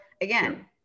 again